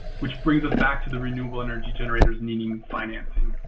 which brings us back to the renewable energy generators needing financing.